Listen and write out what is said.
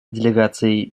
делегацией